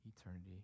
eternity